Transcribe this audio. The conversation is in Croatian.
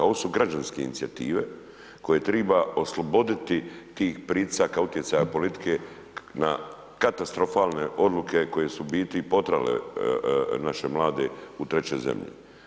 Ovo su građanske inicijative koje treba osloboditi tih pritisaka, utjecaja politike na katastrofalne odluke koje su u biti i potjerale naše mlade u treće zemlje.